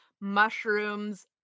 mushrooms